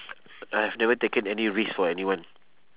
I have never taken any risk for anyone